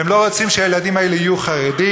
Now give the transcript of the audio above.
הם לא רוצים שהילדים האלה יהיו חרדים,